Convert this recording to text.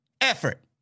effort